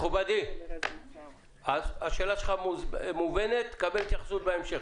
מכובדי, השאלה שלך מובנת, תקבל התייחסות בהמשך.